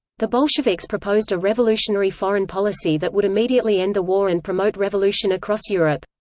the bolsheviks proposed a revolutionary foreign policy that would immediately end the war and promote revolution across europe.